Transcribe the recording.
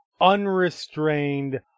unrestrained